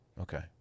Okay